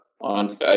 on